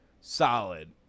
solid